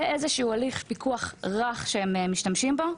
זה איזשהו הליך פיקוח רך שהם משתמשים בו.